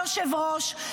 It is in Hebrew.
היושב-ראש,